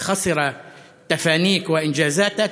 שהפסיד את מסירותך וההישגים שלך,